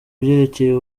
byerekeye